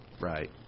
Right